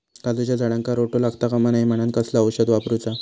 काजूच्या झाडांका रोटो लागता कमा नये म्हनान कसला औषध वापरूचा?